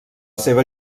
seva